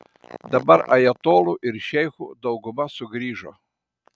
dabar ajatolų ir šeichų dauguma sugrįžo